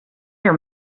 your